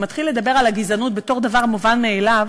ומתחיל לדבר על הגזענות בתור דבר מובן מאליו,